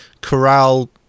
corral